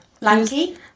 Lanky